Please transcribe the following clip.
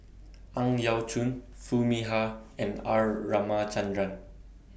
Ang Yau Choon Foo Mee Har and R Ramachandran